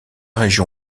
région